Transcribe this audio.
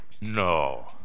No